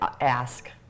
ask